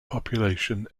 population